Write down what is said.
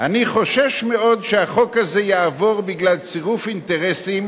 אני חושש מאוד שהחוק הזה יעבור בגלל צירוף אינטרסים